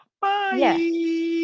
Bye